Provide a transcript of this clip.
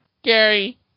Gary